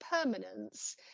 permanence